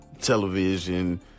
television